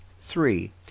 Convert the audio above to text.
three